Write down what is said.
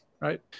Right